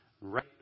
Right